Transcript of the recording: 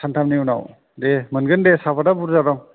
सानथामनि उनाव दे मोनगोन दे साहफाथा बुरजा दं